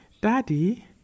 Daddy